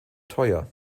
teuer